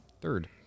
Third